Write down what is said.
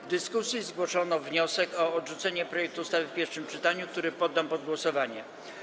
W dyskusji zgłoszono wniosek o odrzucenie projektu ustawy w pierwszym czytaniu, który poddam pod głosowanie.